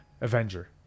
Avenger